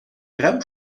rem